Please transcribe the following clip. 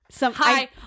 Hi